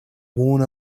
worn